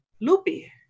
loopy